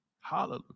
Hallelujah